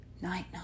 Night